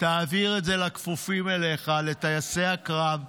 תעביר את זה לכפופים אליך, לטייסי הקרב,